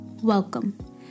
Welcome